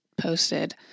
posted